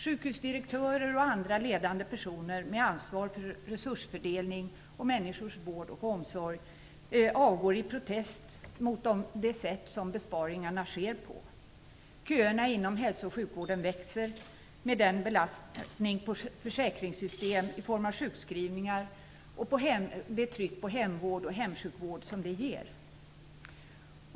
Sjukhusdirektörer och andra ledande personer med ansvar för resursfördelning och människors vård och omsorg avgår i protest mot det sätt som besparingarna sker på. Köerna inom hälso och sjukvården växer, med den belastning på försäkringssystem i form av sjukskrivningar och det tryck på hemvård och hemsjukvård som det ger.